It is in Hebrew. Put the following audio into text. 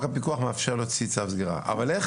איך